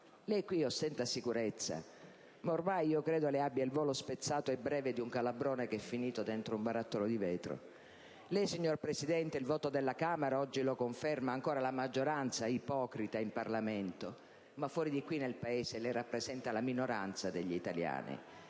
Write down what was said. Lei qui ostenta sicurezza, ma ormai credo che abbia il volo spezzato e breve di un calabrone che è finito dentro un barattolo di vetro. Lei, signor Presidente del Consiglio - il voto della Camera dei deputati oggi lo conferma - ha ancora la maggioranza, ipocrita, in Parlamento, ma fuori di qui, nel Paese, lei rappresenta la minoranza degli italiani.